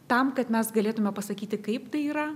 tam kad mes galėtume pasakyti kaip tai yra